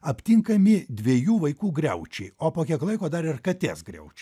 aptinkami dviejų vaikų griaučiai o po kiek laiko dar ir katės griaučiai